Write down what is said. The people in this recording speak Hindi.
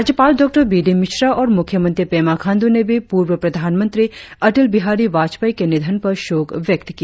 राज्यपाल डॉ बी डी मिश्रा और मुख्य मंत्री पेमा खांडू ने भी पूर्व प्रधानमंत्री अटल बिहारी वाजपेयी के निधन पर शोक व्यक्त किया